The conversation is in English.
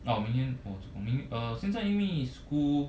我明天我做工明 err 现在因为 school